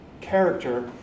character